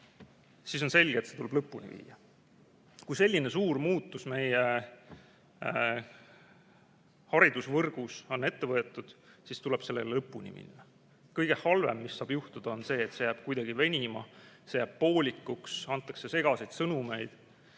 siis on selge, et see tuleb lõpuni viia. Kui selline suur muutus meie haridusvõrgus on ette võetud, siis tuleb sellega lõpuni minna. Kõige halvem, mis saab juhtuda, on, et see jääb kuidagi venima, see jääb poolikuks, antakse segaseid sõnumeid